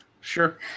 Sure